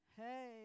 Hey